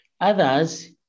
Others